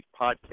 podcast